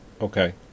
Okay